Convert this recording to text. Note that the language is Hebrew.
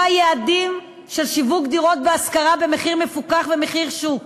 יעדים של שיווק דירות בהשכרה במחיר מפוקח ומחיר שוק,